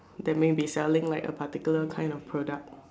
that may be selling like a particular kind of product